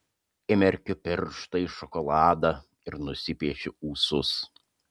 įmerkiu pirštą į šokoladą ir nusipiešiu ūsus